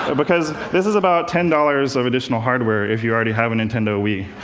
because this is about ten dollars of additional hardware if you already have a nintendo wii.